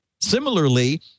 Similarly